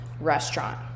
restaurant